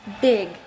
big